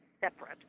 separate